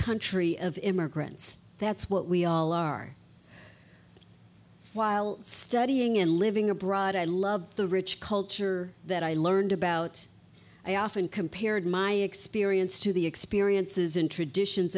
country of immigrants that's what we all are while studying and living abroad i love the rich culture that i learned about i often compared my experience to the experiences and traditions